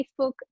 Facebook